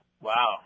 Wow